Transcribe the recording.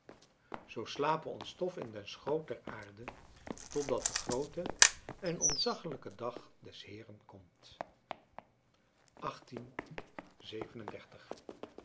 zoo slape ons stof in den schoot der aarde totdat de groote en ontzaglijke dag des heeren komt